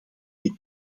dit